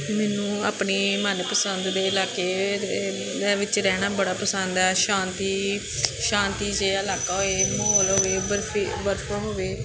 ਮੈਨੂੰ ਆਪਣੇ ਮਨ ਪਸੰਦ ਦੇ ਇਲਾਕੇ ਦੇ ਵਿੱਚ ਰਹਿਣਾ ਬੜਾ ਪਸੰਦ ਆ ਸ਼ਾਂਤੀ ਸ਼ਾਂਤੀ ਜਿਹਾ ਇਲਾਕਾ ਹੋਏ ਮਾਹੌਲ ਹੋਵੇ ਬਰਫ ਬਰਫ ਹੋਵੇ